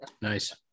Nice